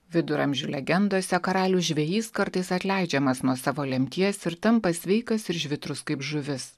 viduramžių legendose karalių žvejys kartais atleidžiamas nuo savo lemties ir tampa sveikas ir žvitrus kaip žuvis